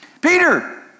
Peter